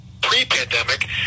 pre-pandemic